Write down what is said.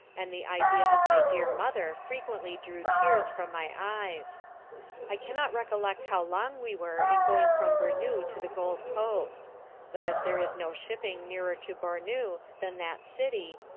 and the idea of my dear mother frequently drew tears from my eyes i cannot recollect how long we were in going from bournou to the gold coast but as there is no shipping nearer to bournou than that city,